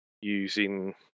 using